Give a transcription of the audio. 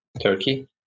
Turkey